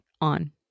on